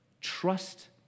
Trust